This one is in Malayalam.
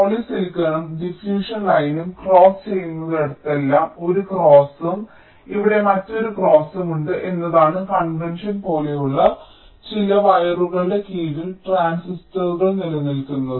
പോളിസിലിക്കണും ഡിഫ്യൂഷൻ ലൈനും ക്രോസ്ചെയ്യുന്നിടത്തെല്ലാം ഒരു ക്രോസ്സും ഇവിടെ മറ്റൊരു ക്രോസ്സും ഉണ്ട് എന്നതാണ് കൺവെൻഷൻ പോലെയുള്ള ചില വയറുകളുടെ കീഴിൽ ട്രാൻസിസ്റ്ററുകൾ നിലനിൽക്കുന്നത്